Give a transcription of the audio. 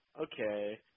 okay